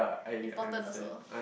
important also